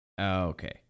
Okay